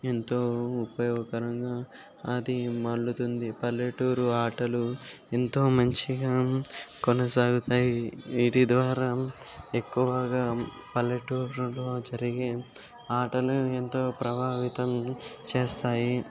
ఎంతో ఉపయోగకరంగా అది మల్లుతుంది పల్లెటూరు ఆటలు ఎంతో మంచిగా కొనసాగుతాయి వీటి ద్వారా ఎక్కువగా పల్లెటూరులలో జరిగే ఆటలు ఎంతో ప్రభావితం చేస్తాయి